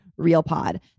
RealPod